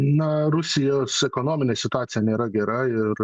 na rusijos ekonominė situacija nėra gera ir